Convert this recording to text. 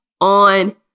on